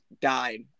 died